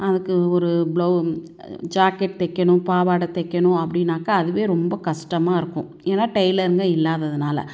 அதுக்கு ஒரு blouse jacket தைக்கணும் பாவாடை தைக்கணும் அப்படினாக்க அதுவே ரொம்ப கஷ்டமாக இருக்கும் ஏன்னா டைலருங்க இல்லாததினால